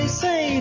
say